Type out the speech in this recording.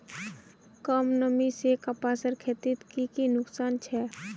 कम नमी से कपासेर खेतीत की की नुकसान छे?